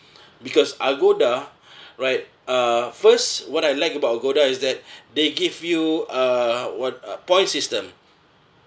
because agoda right uh first what I like about agoda is that they give you uh what a point system